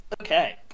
okay